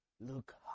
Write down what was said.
look